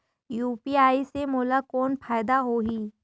UPI से मोला कौन फायदा होही?